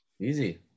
Easy